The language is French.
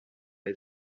les